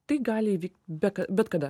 tai gali įvykt be bet kada